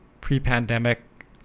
pre-pandemic